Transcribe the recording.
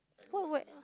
what wear